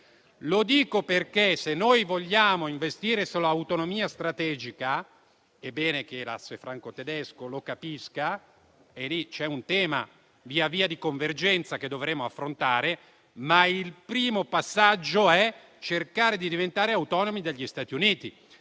progetto. Se noi vogliamo investire sull'autonomia strategica - ed è bene che l'asse franco-tedesco lo capisca, essendoci un tema di convergenza che dovremo affrontare - il primo passaggio è cercare di diventare autonomi dagli Stati Uniti.